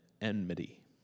enmity